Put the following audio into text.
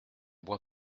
bois